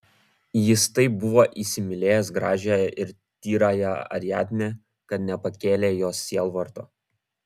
jis taip buvo įsimylėjęs gražiąją ir tyrąją ariadnę kad nepakėlė jos sielvarto